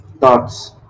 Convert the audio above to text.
thoughts